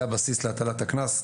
זה הבסיס להטלת הקנס.